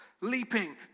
Leaping